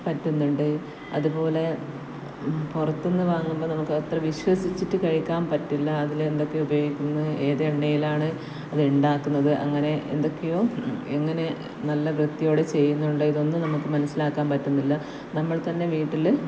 പറ്റുന്നുണ്ട് അതുപോലെ പുറത്തു നിന്ന് വാങ്ങുമ്പോൾ നമുക്ക് അത്ര വിശ്വസിച്ചിട്ട് കഴിക്കാൻ പറ്റില്ല അതിൽ എന്തൊക്കെ ഉപയോഗിക്കുന്നു ഏത് എണ്ണയിലാണ് അത് ഉണ്ടാക്കുന്നത് അങ്ങനെ എന്തൊക്കെയോ എങ്ങനെ നല്ല വൃത്തിയോടെ ചെയ്യുന്നുണ്ടോ ഇതൊന്നും നമുക്ക് മനസ്സിലാക്കാൻ പറ്റുന്നില്ല നമ്മൾ തന്നെ വീട്ടിൽ